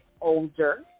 older